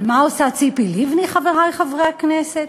אבל מה עושה ציפי לבני, חברי חברי הכנסת?